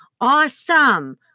awesome